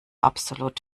absolut